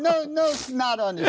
no no it's not on you